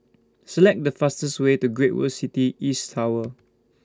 Select The fastest Way to Great World City East Tower